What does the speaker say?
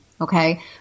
Okay